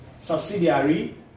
subsidiary